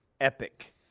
epic